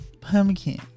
Pumpkin